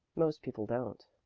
most people don't.